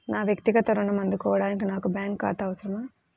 నా వక్తిగత ఋణం అందుకోడానికి నాకు బ్యాంక్ ఖాతా అవసరమా?